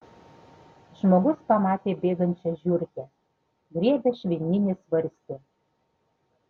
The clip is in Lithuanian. žmogus pamatė bėgančią žiurkę griebia švininį svarstį